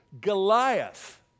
Goliath